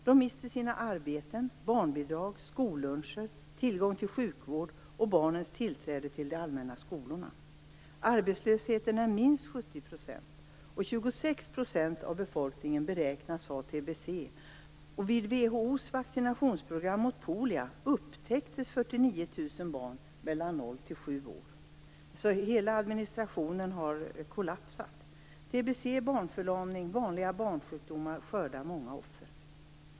De mister sina arbeten, barnbidrag, skolluncher, tillgång till sjukvård, och barnen mister tillträdet till de allmänna skolorna. Arbetslösheten är minst 70 %. 49 000 barn mellan 0 och 7 år. Hela administrationen har kollapsat. Tbc, barnförlamning och vanliga barnsjukdomar skördar många offer.